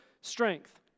strength